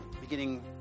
beginning